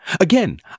Again